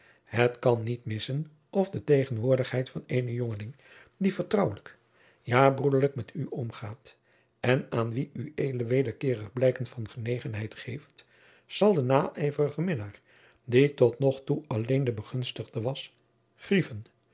het kan niet missen of de tegenwoordigheid van eenen jongeling die vertrouwelijk ja broederlijk met u omgaat en aan wien ued wederkeerig blijken van genegenheid geeft zal den naijverigen minnaar die tot nog toe alleen de begunstigde was grieven